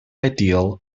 ideal